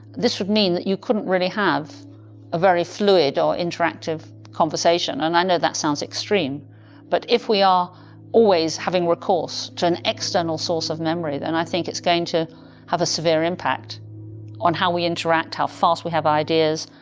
this would mean that you couldn't really have a very fluid or interactive conversation and i know that sounds extreme but if we are always having recourse to an external source of memory than i think it's going to have a severe impact on how we interact, how fast we have ideas,